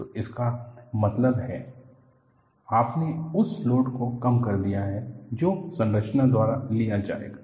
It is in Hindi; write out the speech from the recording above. तो इसका मतलब है आपने उस लोड को कम कर दिया है जो संरचना द्वारा लिया जाएगा